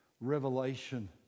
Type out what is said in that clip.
revelation